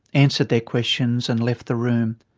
answered their questions and left the room.